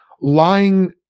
lying